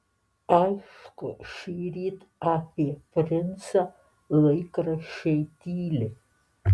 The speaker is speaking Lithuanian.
aišku šįryt apie princą laikraščiai tyli